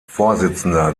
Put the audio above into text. vorsitzender